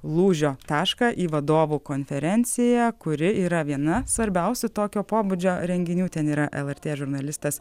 lūžio tašką į vadovų konferenciją kuri yra viena svarbiausių tokio pobūdžio renginių ten yra lrt žurnalistas